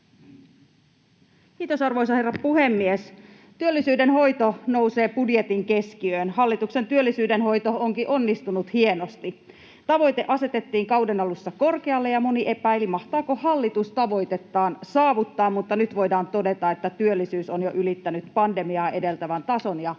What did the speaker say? Kiitos, arvoisa herra puhemies! Työllisyyden hoito nousee budjetin keskiöön. Hallituksen työllisyyden hoito onkin onnistunut hienosti. Tavoite asetettiin kauden alussa korkealle, ja moni epäili, mahtaako hallitus tavoitettaan saavuttaa, mutta nyt voidaan todeta, että työllisyys on jo ylittänyt pandemiaa edeltävän tason ja